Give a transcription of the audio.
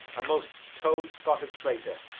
a most toad-spotted traitor.